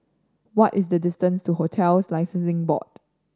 what is the distance to Hotels Licensing Board